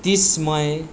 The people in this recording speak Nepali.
तिस मई